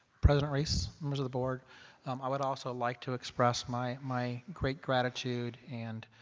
president reese, members of the board um i would also like to express my my great gratitude and